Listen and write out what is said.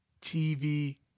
TV